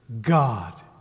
God